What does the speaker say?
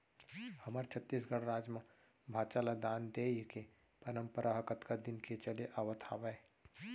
हमर छत्तीसगढ़ राज म भांचा ल दान देय के परपंरा ह कतका दिन के चले आवत हावय